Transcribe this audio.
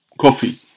coffee